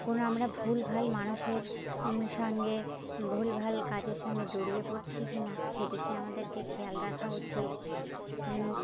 কোনো আমরা ভুল ভাল মানুষের সঙ্গে ভুল ভাল কাজের সঙ্গে জড়িয়ে পড়ছি কি না সেদিকে আমাদেরকে খেয়াল রাখা উচিত